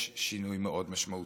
יש שינוי מאוד משמעותי.